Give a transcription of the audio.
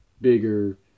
bigger